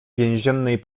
więziennej